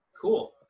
Cool